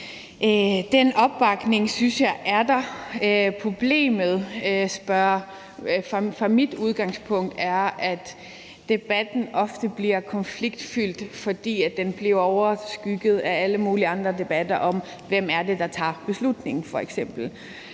Den opbakning synes jeg er der. Problemet er fra mit udgangspunkt, at debatten ofte bliver konfliktfyldt, fordi den bliver overskygget af alle mulige andre debatter om f.eks., hvem det er, der tager beslutningen. Jeg